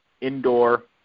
indoor